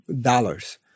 dollars